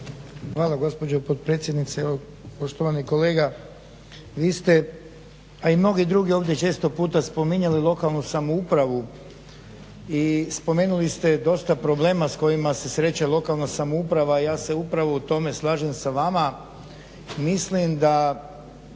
Hvala gospođo potpredsjednice. Evo poštovani kolega vi ste, a i mnogi drugi ovdje često puta spominjali lokalnu samoupravu i spomenuli ste dosta problema s kojim se sreće lokalna samouprava. Ja se upravo u tome slažem sa vama. Mislim da